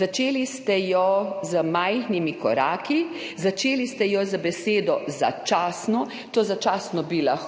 Začeli ste jo z majhnimi koraki, začeli ste jo z besedo začasno. To začasno bi lahko